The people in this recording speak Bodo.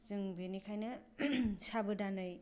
जों बेनिखायनो साबदानै